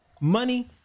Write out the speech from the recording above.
money